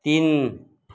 तिन